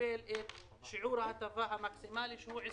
שקיבל את שיעור ההטבה המקסימלי, שהוא 20%?